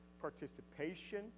participation